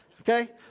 okay